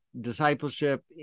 discipleship